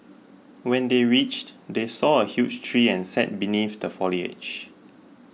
when they reached they saw a huge tree and sat beneath the foliage